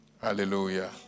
Hallelujah